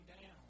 down